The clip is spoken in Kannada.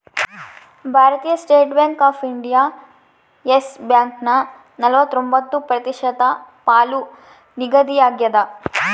ಭಾರತೀಯ State Bank of India Yes ಬ್ಯಾಂಕನ ನಲವತ್ರೊಂಬತ್ತು ಪ್ರತಿಶತ ಪಾಲು ನಿಗದಿಯಾಗ್ಯದ